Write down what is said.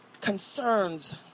concerns